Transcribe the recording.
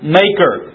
maker